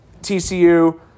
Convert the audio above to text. TCU